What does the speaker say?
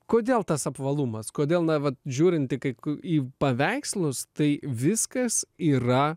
kodėl tas apvalumas kodėl na vat žiūrint į kai į paveikslus tai viskas yra